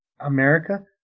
America